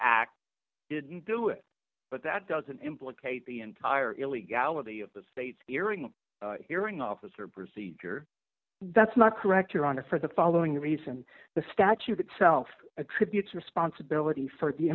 act didn't do it but that doesn't implicate the entire illegality of the state's gearing hearing officer procedure that's not correct your honor for the following reason the statute itself attributes responsibility for the